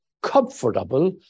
comfortable